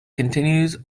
continues